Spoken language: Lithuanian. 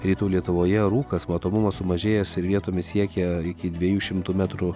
rytų lietuvoje rūkas matomumas sumažėjęs ir vietomis siekia iki dviejų šimtų metrų